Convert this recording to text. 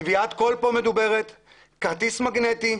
מדובר כאן בטביעת קול, כרטיס מגנטי,